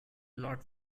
lot